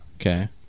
okay